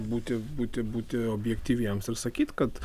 būti būti būti objektyviems ir sakyt kad